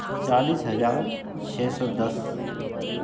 चालीस हज़ार छः सौ दस